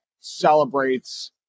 celebrates